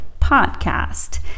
podcast